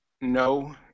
no